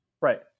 Right